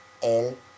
El